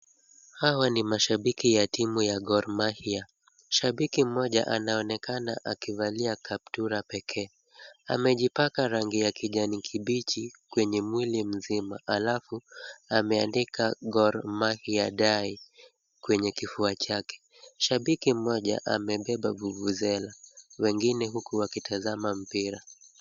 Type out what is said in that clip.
Hawa ni mashabiki wa timu ya Gor Mahia. Shabiki mmoja anaonekana akivalia kaptura pekee. Amejipaka rangi ya kijani kibichi kwenye mwili mzima alafu ameandika Gor Mahia dye kwenye kifua chake. Shabiki mmoja amebeba vuvuzela wengine huku wakitazama mprira.